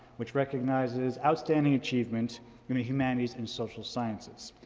which recognizes outstanding achievement in the humanities and social sciences.